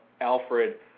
Alfred